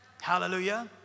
Hallelujah